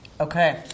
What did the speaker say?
Okay